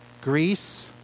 Greece